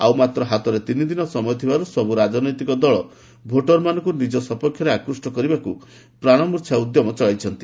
ଆଉ ମାତ୍ର ହାତରେ ତିନି ଦିନ ସମୟ ଥିବାରୁ ସବୁ ରାଜନୈତିକ ଦଳ ଭୋଟରମାନଙ୍କୁ ନିଜ ସପକ୍ଷରେ ଆକୃଷ୍ଟ କରିବାକୁ ପ୍ରାଣମୂର୍ଚ୍ଛା ଉଦ୍ୟମ ଚଳାଇଛନ୍ତି